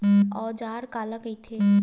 औजार काला कइथे?